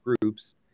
groups